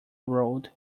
road